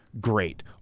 great